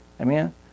Amen